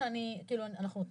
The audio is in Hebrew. תודה